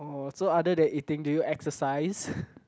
or so other than eating do you exercise